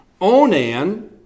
Onan